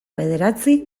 bederatzi